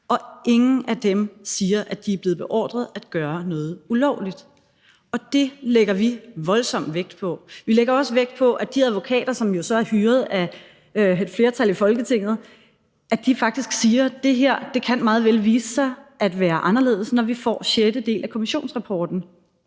og ingen af dem siger, at de er blevet beordret at gøre noget ulovligt. Det lægger vi voldsomt vægt på. Vi lægger også vægt på, at de advokater, som jo så er hyret af et flertal i Folketinget, faktisk siger, at det her meget vel kan vise sig at være anderledes, når vi får sjette del af kommissionsrapporten,